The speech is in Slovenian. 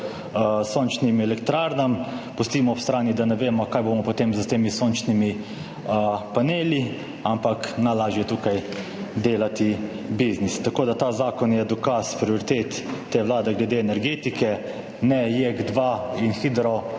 k sončnim elektrarnam. Pustimo ob strani, da ne vemo, kaj bomo potem s temi sončnimi paneli, ampak najlažje je tukaj delati biznis. Tako, da je ta zakon dokaz prioritet te vlade glede energetike, ne JEK2 in hidroenergetika,